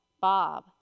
Bob